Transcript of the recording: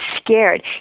scared